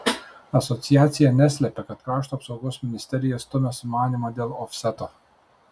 asociacija neslepia kad krašto apsaugos ministerija stumia sumanymą dėl ofseto